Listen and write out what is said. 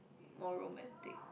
more romantic